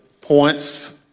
points